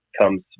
comes